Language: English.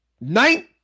night